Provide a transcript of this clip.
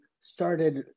started